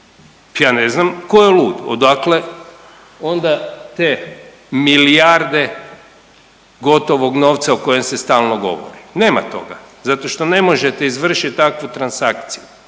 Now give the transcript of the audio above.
Ja ne znam ko je lud, odakle onda te milijarde gotovog novca o koje se stalno govori, nema toga zato što ne možete izvršit takvu transakciju